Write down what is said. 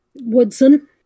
Woodson